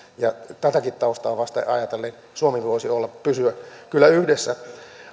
saa tätäkin taustaa vasten ajatellen suomi voisi kyllä pysyä yhdessä